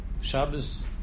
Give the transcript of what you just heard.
Shabbos